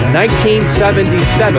1977